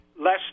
less